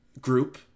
group